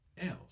else